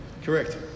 Correct